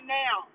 now